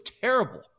terrible